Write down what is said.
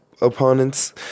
opponents